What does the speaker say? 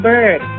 Bird